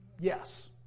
Yes